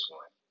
one